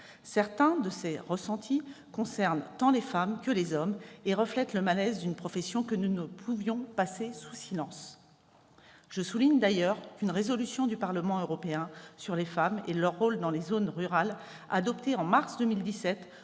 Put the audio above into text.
Certains de ces ressentis concernent tant les femmes que les hommes et reflètent le malaise d'une profession que nous ne pouvions passer sous silence. Je souligne d'ailleurs qu'une résolution du Parlement européen sur les femmes et sur leur rôle dans les zones rurales, adoptée en mars 2017,